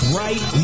right